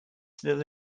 still